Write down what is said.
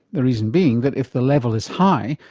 the reason being that if the level is high,